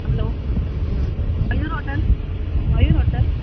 hello Mayur hotel Mayur hotel